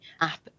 app